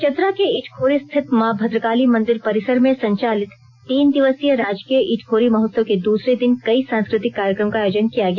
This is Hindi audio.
चतरा के इटखोरी स्थित मां भद्रकाली मंदिर परिसर में संचालित तीन दिवसीय राजकीय ईटखोरी महोत्सव के दूसरे दिन कई सांस्कृतिक कार्यक्रम का आयोजन किया गया